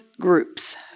groups